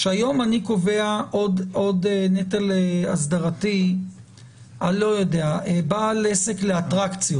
אם היום אני קובע עוד נטל אסדרתי על בעל עסק לאטרקציות,